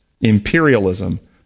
Imperialism